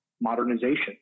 modernization